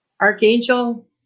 Archangel